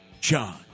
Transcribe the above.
John